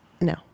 No